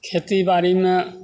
खेतीबाड़ीमे